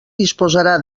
disposarà